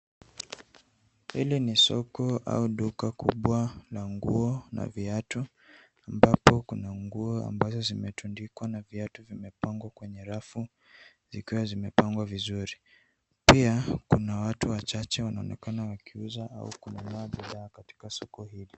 Hili ni soko au duka kubwa la nguo na viatu ambapo kuna nguo ambazo zimetundikwa na viatu vimepangwa kwenye rafu zikiwa zimepangwa vizuri. Pia kuna watu wachache wanaonekana wakiuza au kununua bidhaa katika soko hili.